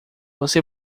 você